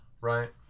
right